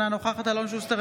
אינה נוכחת אלון שוסטר,